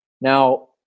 Now